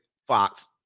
Fox